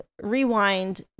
rewind